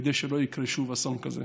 כדי שלא יקרה שוב אסון כזה.